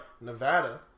Nevada